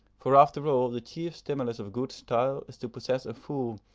for after all the chief stimulus of good style is to possess a full,